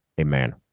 amen